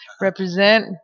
represent